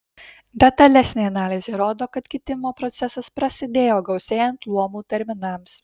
detalesnė analizė rodo kad kitimo procesas prasidėjo gausėjant luomų terminams